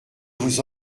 vous